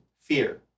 fear